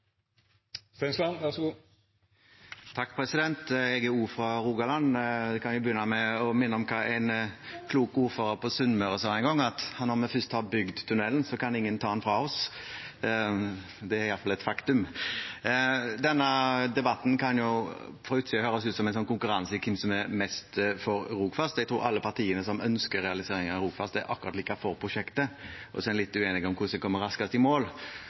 hva en klok ordfører på Sunnmøre sa en gang. Han sa at når vi først har bygd tunellen, kan ingen ta den fra oss. Det er iallfall et faktum. Denne debatten kan fra utsiden høres ut som en konkurranse om hvem som er mest for Rogfast. Jeg tror alle partier som ønsker realisering av Rogfast, er akkurat like mye for prosjektet, og så er vi litt uenige om hvordan man raskest kommer i mål.